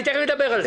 תיכף אדבר על זה.